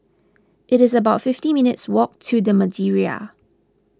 it is about fifty minutes' walk to the Madeira